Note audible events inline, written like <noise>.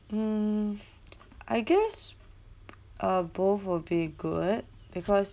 um <breath> <noise> I guess uh both will be good because